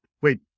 Wait